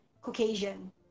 Caucasian